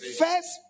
first